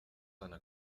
einer